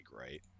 right